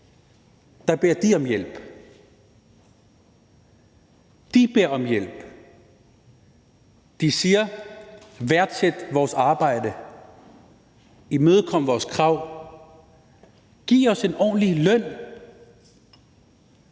dag beder de om hjælp. De beder om hjælp. De siger: Værdsæt vores arbejde, imødekom vores krav, giv os en ordentlig løn.